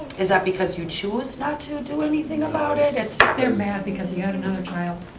is that because you choose not to do anything about it. and so they're mad because he had another child.